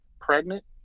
pregnant